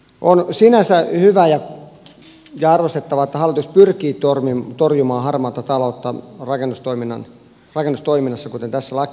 on sinänsä hyvä ja arvostettavaa että hallitus pyrkii torjumaan harmaata taloutta rakennustoiminnassa kuten tässä lakiesityksessä